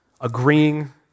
agreeing